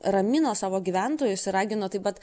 ramino savo gyventojus ir ragino taip pat